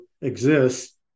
exists